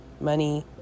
money